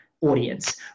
audience